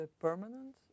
permanent